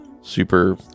super